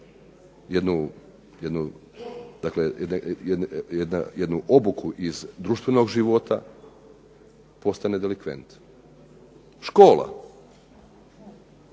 jednu obuku iz društvenog života postane delikvent. Škola,